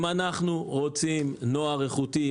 אם אנחנו רוצים נוער איכותי,